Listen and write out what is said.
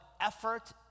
effort